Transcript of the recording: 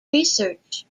research